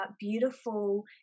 beautiful